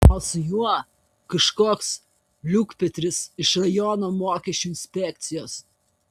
o su juo kažkoks liukpetris iš rajono mokesčių inspekcijos